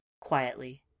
quietly